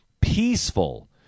peaceful